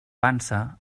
pansa